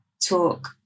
talk